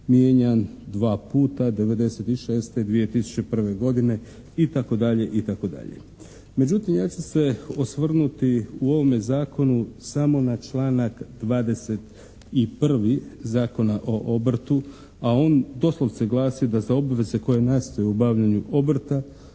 mijenjan dva puta, 1996. i 2001. godine i tako dalje i tako dalje. Međutim ja ću se osvrnuti u ovome zakonu samo na članak 21. Zakona o obrtu a on doslovce glasi da za obveze koje nastaju u obavljanju obrta